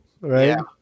right